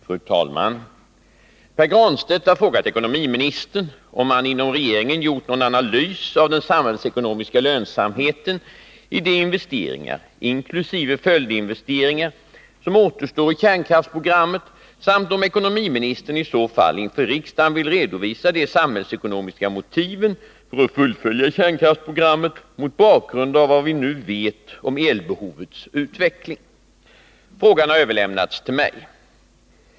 Fru talman! Pär Granstedt har frågat ekonomiministern om man inom regeringen gjort någon analys av den samhällsekonomiska lönsamheten i de investeringar, inkl. följdinvesteringar, som återstår i kärnkraftsprogrammet samt om ekonomiministern i så fall inför riksdagen vill redovisa de samhällsekonomiska motiven för att fullfölja kärnkraftsprogrammet mot bakgrund av vad vi nu vet om elbehovets utveckling. Frågan har överlämnats till mig.